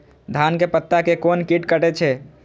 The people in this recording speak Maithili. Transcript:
धान के पत्ता के कोन कीट कटे छे?